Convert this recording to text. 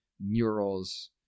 murals